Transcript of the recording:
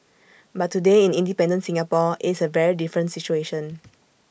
but today in independent Singapore IT is A very different situation